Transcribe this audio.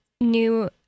new